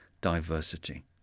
diversity